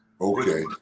Okay